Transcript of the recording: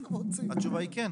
כן, התשובה היא כן.